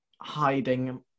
hiding